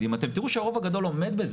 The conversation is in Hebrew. גם יש נתונים על תחלואה בגילאים האלה.